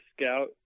scout